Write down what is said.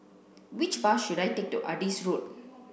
which bus should I take to Adis Road